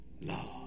love